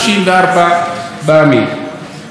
בנושא החברתי,